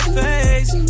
face